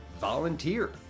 volunteer